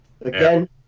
Again